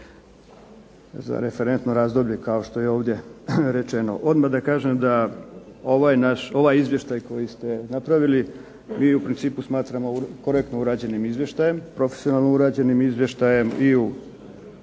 za referentno razdoblje kao što je ovdje rečeno. Odmah da kažem da ovaj izvještaj koji ste napravili mi u principu smatramo korektno urađenim izvještajem, profesionalno urađenim izvještajem i u